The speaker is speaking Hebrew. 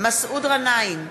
מסעוד גנאים,